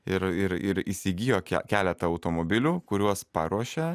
ir ir įsigijo keletą automobilių kuriuos paruošė